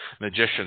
magician